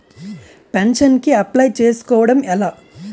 Pension కి apply చేసుకోవడం ఎలా?